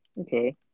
Okay